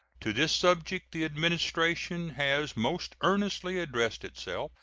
to this subject the administration has most earnestly addressed itself,